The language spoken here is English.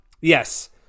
Yes